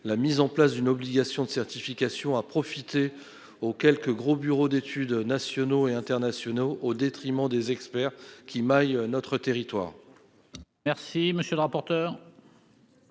la mise en place d'une obligation de certification a profité aux quelques gros bureaux d'études nationaux et internationaux, au détriment des experts qui maillent notre territoire. Quel est l'avis de